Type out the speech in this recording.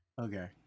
Okay